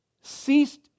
ceased